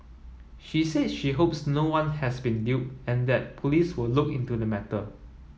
she said she hopes no one has been duped and that police will look into the matter